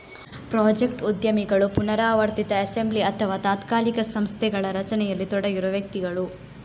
project ಉದ್ಯಮಿಗಳು ಪುನರಾವರ್ತಿತ assembly ಅಥವಾ ತಾತ್ಕಾಲಿಕ ಸಂಸ್ಥೆಗಳ ರಚನೆಯಲ್ಲಿ ತೊಡಗಿರುವ ವ್ಯಕ್ತಿಗಳು